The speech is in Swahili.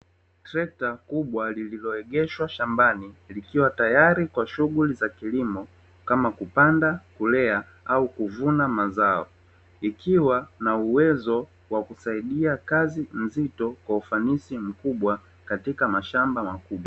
Trekta kubwa lililoegeshwa shambani, likiwa tayari kwa shughuli za kilimo, kama kupanda kulea au kuvuna mazao, ikiwa na uwezo wa kusaidia kazi nzito kwa ufanisi mkubwa katika mashamba makubwa.